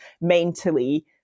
mentally